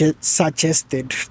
suggested